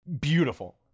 beautiful